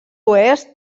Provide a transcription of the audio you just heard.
oest